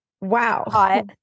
Wow